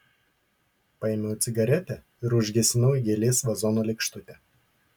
paėmiau cigaretę ir užgesinau į gėlės vazono lėkštutę